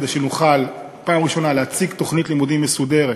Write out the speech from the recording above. כדי שנוכל בפעם הראשונה להציג תוכנית לימודים מסודרת,